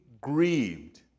grieved